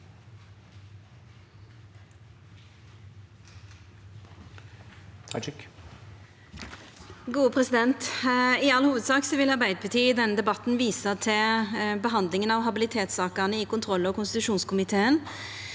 (A) I all hovudsak vil Arbei- darpartiet i denne debatten visa til behandlinga av habilitetssakene i kontroll- og konstitusjonskomiteen.